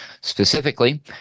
Specifically